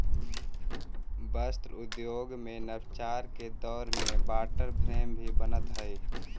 वस्त्र उद्योग में नवाचार के दौर में वाटर फ्रेम भी बनऽ हई